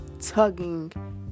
tugging